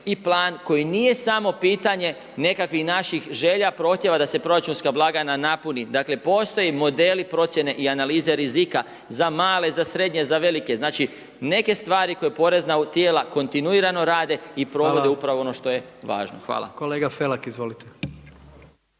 plan, koji nije samo pitanje nekakvih naših želja prohtjeva da se proračunska blagajna napuni. Dakle, postoji modeli, procjene i analize rizika, za male, za srednje, za velike. Znači, neke stvari koje porezna tijela kontinuirano rade i provode upravo ono što je važno. Hvala. **Jandroković,